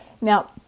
now